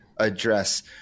address